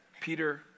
Peter